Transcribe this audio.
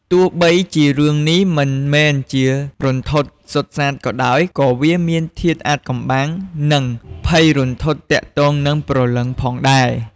ទោះបីជារឿងនេះមិនមែនជារន្ធត់សុទ្ធសាធក៏ដោយ ក៏វាមានធាតុអាថ៌កំបាំង និងភ័យរន្ធត់ទាក់ទងនឹងព្រលឹងផងដែរ។